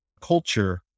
culture